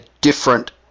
different